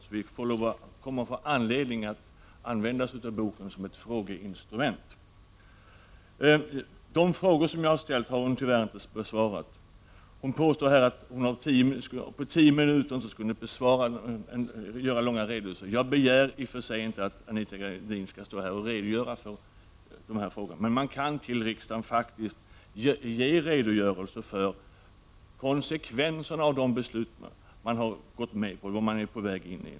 Vi kommer att få anledning att använda oss av boken som ett frågeinstrument. De frågor som jag har ställt har statsrådet tyvärr inte besvarat. Hon påstår att hon under tio minuter inte hinner ge långa redogörelser. Jag begär i och för sig inte att Anita Gradin skall stå här i kammaren och redogöra för dessa frågor. Man kan till riksdagen faktiskt lämna redogörelser för konsekvenserna av de beslut man har varit med om att fatta.